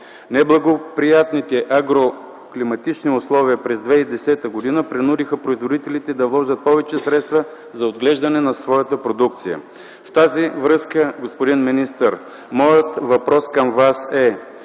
Неблагоприятните агроклиматични условия през 2010 г. принудиха производителите да вложат повече средства за отглеждане на своята продукция. В тази връзка, господин министър, моят въпрос към Вас е: